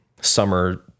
summer